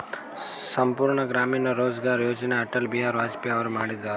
ಸಂಪೂರ್ಣ ಗ್ರಾಮೀಣ ರೋಜ್ಗಾರ್ ಯೋಜನ ಅಟಲ್ ಬಿಹಾರಿ ವಾಜಪೇಯಿ ಅವರು ಮಾಡಿದು ಅದ